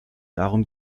darum